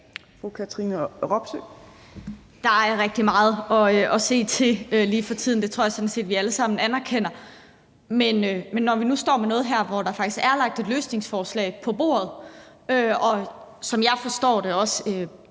Der er rigtig meget at se til lige for tiden, det tror jeg sådan set vi alle sammen anerkender. Men når vi nu står med noget her, hvor der faktisk er lagt et løsningsforslag på bordet, og, som jeg forstår det, også